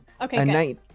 okay